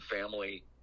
family